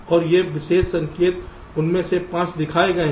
और ये विशेष संकेत उनमें से 5 दिखाए गए हैं